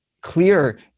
clear